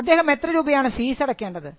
അദ്ദേഹം എത്ര രൂപയാണ് ഫീസ് അടക്കേണ്ടത്